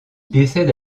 décède